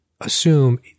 assume